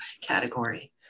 category